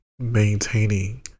Maintaining